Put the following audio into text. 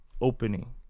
opening